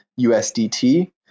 USDT